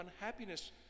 unhappiness